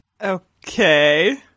Okay